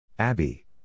Abby